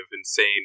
insane